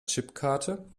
chipkarte